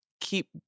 keep